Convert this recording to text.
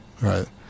right